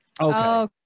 Okay